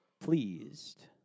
pleased